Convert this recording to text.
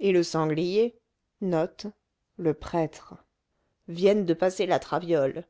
et le sanglier viennent de passer la traviole